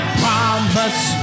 promise